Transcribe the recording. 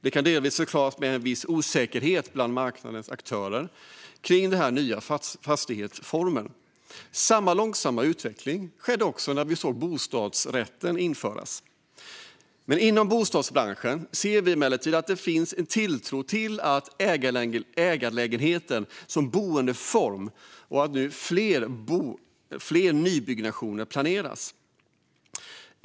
Det kan delvis förklaras med en viss osäkerhet bland marknadens aktörer kring den nya fastighetsformen. Samma långsamma utveckling skedde när bostadsrätten infördes. Inom bostadsbranschen ser vi emellertid att det finns en tilltro till ägarlägenheten som boendeform och att fler nybyggnationer planeras. Fru talman!